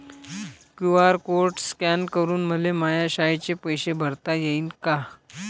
QR code scan करून मले माया शाळेचे पैसे भरता येईन का?